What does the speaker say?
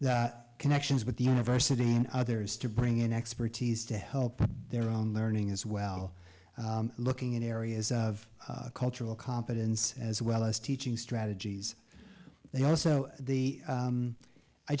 the connections with the university and others to bring in expertise to help their own learning as well looking in areas of cultural competence as well as teaching strategies they also the